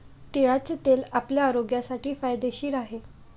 तिळाचे तेल आपल्या आरोग्यासाठी फायदेशीर आहे